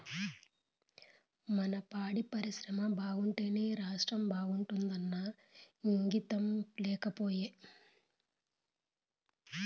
మన పాడి పరిశ్రమ బాగుంటేనే రాష్ట్రం బాగుంటాదన్న ఇంగితం లేకపాయే